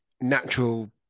natural